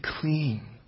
clean